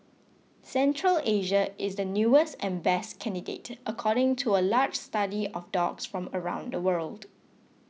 Central Asia is the newest and best candidate according to a large study of dogs from around the world